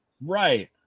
Right